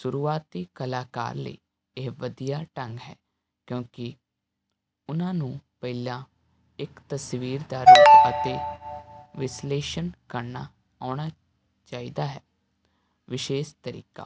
ਸ਼ੁਰੂਆਤੀ ਕਲਾਕਾਰ ਲਈ ਇਹ ਵਧੀਆ ਢੰਗ ਹੈ ਕਿਉਂਕਿ ਉਹਨਾਂ ਨੂੰ ਪਹਿਲਾਂ ਇੱਕ ਤਸਵੀਰ ਦਾ ਰੂਪ ਅਤੇ ਅਤੇ ਵਿਸ਼ਲੇਸ਼ਣ ਕਰਨਾ ਆਉਣਾ ਚਾਹੀਦਾ ਹੈ ਵਿਸ਼ੇਸ਼ ਤਰੀਕਾ